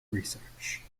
research